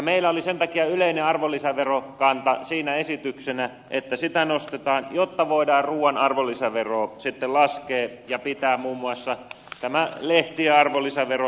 meillä oli sen takia siinä esityksenä että yleistä arvonlisäverokantaa nostetaan jotta voidaan ruuan arvonlisäveroa sitten laskea ja pitää muun muassa tämä lehtien arvonlisävero nollaverokannassa